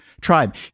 tribe